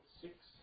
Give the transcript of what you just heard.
Six